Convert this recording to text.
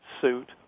suit